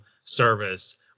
service